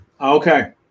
Okay